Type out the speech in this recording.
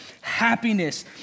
Happiness